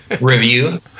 review